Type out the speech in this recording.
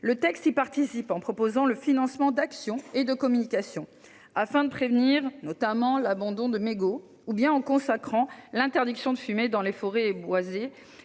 Le texte y contribue, en tendant à financer des actions de communication afin de prévenir l'abandon de mégots ou bien en consacrant l'interdiction de fumer dans les forêts et bois